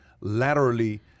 laterally